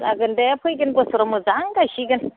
जागोन दे फैगोन बोसोराव मोजां गायसिगोन